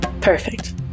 Perfect